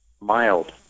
Mild